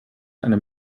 einem